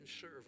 serve